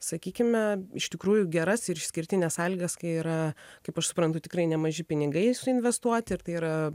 sakykime iš tikrųjų geras ir išskirtines sąlygas kai yra kaip aš suprantu tikrai nemaži pinigai suinvestuoti ir tai yra